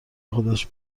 خودش